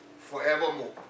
forevermore